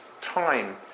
time